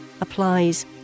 applies